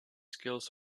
skills